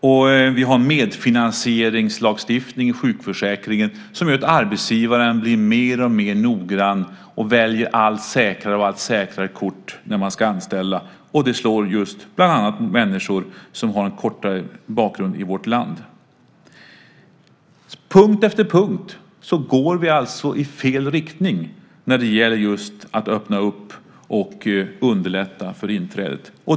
Och vi har medfinansieringslagstiftning i sjukförsäkringen som gör att arbetsgivaren blir mer och mer noggrann och väljer allt säkrare kort när man ska anställa. Det slår bland annat mot människor som har en kortare bakgrund i vårt land. På punkt efter punkt går vi alltså i fel riktning när det gäller att öppna upp och underlätta för inträdet.